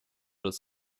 das